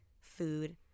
food